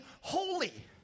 holy